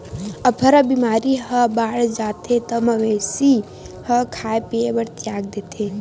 अफरा बेमारी ह बाड़ जाथे त मवेशी ह खाए पिए बर तियाग देथे